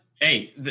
Hey